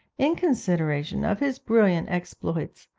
in consideration of his brilliant exploits,